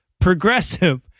Progressive